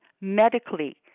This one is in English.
medically